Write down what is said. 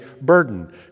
burden